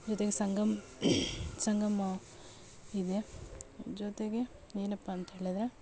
ಜೊತೆಗೆ ಸಂಗಮ ಸಂಗಮ ಇದೆ ಜೊತೆಗೆ ಏನಪ್ಪಾಂತ ಹೇಳಿದರೆ